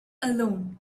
alone